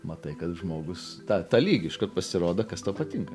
matai kad žmogus tą tą lygį iškart pasirodo kas tau patinka